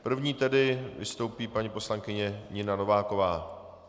První tedy vystoupí paní poslankyně Nina Nováková.